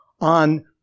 on